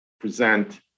present